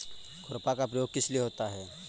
खुरपा का प्रयोग किस लिए होता है?